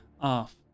off